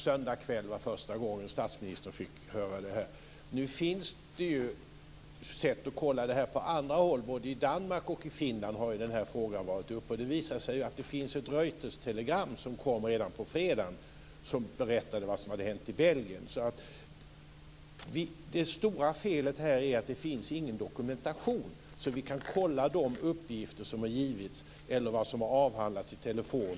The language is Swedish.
Söndag kväll var första gången som statsministern fick höra detta. Nu finns det ju sätt att kontrollera detta på andra håll. Både i Danmark och i Finland har den här frågan varit uppe. Och det visar sig att det finns ett Reuterstelegram som kom redan på fredagen där det berättades vad som hade hänt i Belgien. Det stora felet här är att det inte finns någon dokumentation så att vi kan kontrollera de uppgifter som har getts eller vad som har avhandlats per telefon.